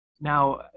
now